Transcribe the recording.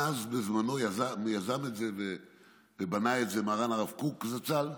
בזמנו יזם את זה ובנה את זה מרן הרב קוק, זצ"ל,